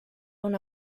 una